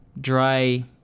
dry